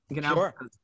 Sure